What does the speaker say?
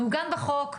מעוגן בחוק,